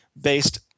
based